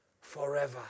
forever